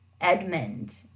Edmund